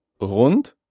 rund